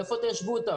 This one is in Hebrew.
איפה תיישבו אותם?